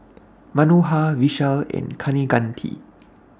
Manohar Vishal and Kaneganti